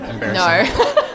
No